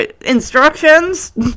instructions